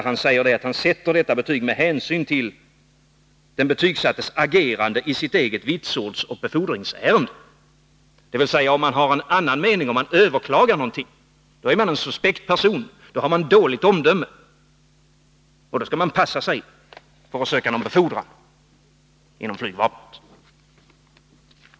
Han säger där att han sätter detta betyg med hänsyn till den betygsattes agerande i sitt eget vitsordsoch befordringsärende. Dvs. om man har en annan mening, om man överklagar någonting, då är man en suspekt person, då har man dåligt omdöme, och då skall man passa sig för att söka någon befordran inom flygvapnet.